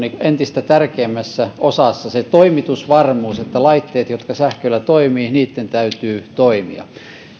entistä tärkeämmässä osassa se toimitusvarmuus niitten laitteitten jotka sähköllä toimivat täytyy toimia